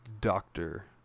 doctor